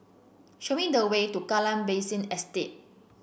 show me the way to Kallang Basin Estate